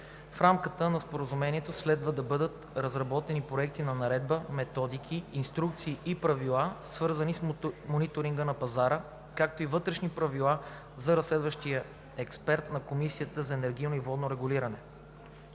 В рамките на Споразумението следва да бъдат разработени проекти на наредба, методики, инструкции и правила, свързани с мониторинга на пазара, както и вътрешни правила за разследващия експерт на Комисията за енергийно и водно регулиране.